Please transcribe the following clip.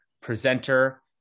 presenter